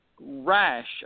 rash